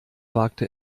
wagte